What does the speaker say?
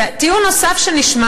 טיעון נוסף שנשמע,